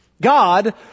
God